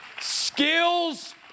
skills